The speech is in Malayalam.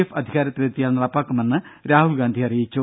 എഫ് അധികാരത്തിലെത്തിയാൽ നടപ്പിലാക്കുമെന്ന് രാഹുൽഗാന്ധി പറഞ്ഞു